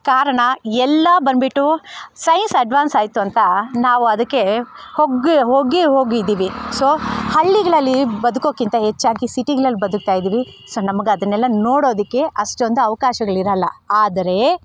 ಕಾರಣ ಎಲ್ಲ ಬಂದ್ಬಿಟ್ಟು ಸೈನ್ಸ್ ಅಡ್ವಾನ್ಸ್ ಆಯ್ತು ಅಂತ ನಾವು ಅದಕ್ಕೆ ಹೋಗೇ ಹೋಗೇ ಹೋಗಿದ್ದೀವಿ ಸೊ ಹಳ್ಳಿಗಳಲ್ಲಿ ಬದುಕೋಕ್ಕಿಂತ ಹೆಚ್ಚಾಗಿ ಸಿಟಿಗಳಲ್ಲಿ ಬದುಕ್ತಾಯಿದ್ದೀವಿ ಸೊ ನಮ್ಗೆ ಅದನ್ನೆಲ್ಲ ನೋಡೋದಕ್ಕೆ ಅಷ್ಟೊಂದು ಅವ್ಕಾಶಗಳಿರೋಲ್ಲ ಆದರೆ